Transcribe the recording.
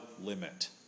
limit